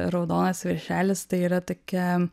raudonas viršelis tai yra tokia